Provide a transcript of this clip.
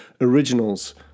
originals